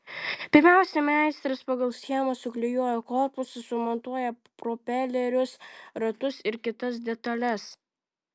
pirmiausia meistras pagal schemą suklijuoja korpusą sumontuoja propelerius ratus ir kitas detales